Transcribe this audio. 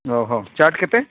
ଓହୋ ଚାଟ କେତେ